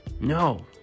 No